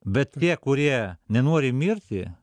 bet tie kurie nenori mirti